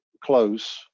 close